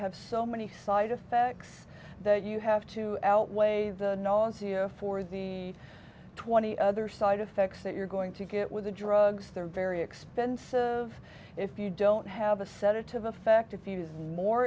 have so many side effects that you have to outweigh the nausea for the twenty other side effects that you're going to get with the drugs they're very expensive if you don't have a